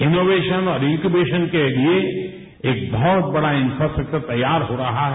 innovation और incubation के एक बहुत बड़ा इनफ्राट्रक्चर तैयार हो रहा है